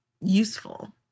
useful